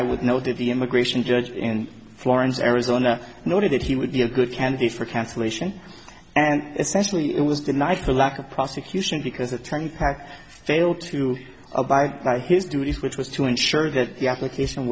i would know that the immigration judge in florence arizona noted that he would be a good candidate for cancellation and essentially it was denied to lack of prosecution because attorney pack failed to abide by his duties which was to ensure that the application